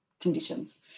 conditions